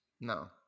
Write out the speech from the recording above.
No